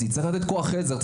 צריך לתת כוח עזר,